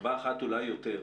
בשכבה אחת אולי יותר.